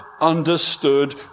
understood